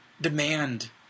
demand –